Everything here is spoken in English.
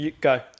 go